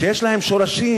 שיש להם שורשים,